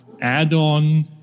add-on